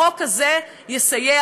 החוק הזה יסייע,